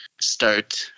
Start